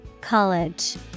College